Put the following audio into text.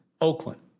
Oakland